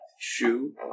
shoe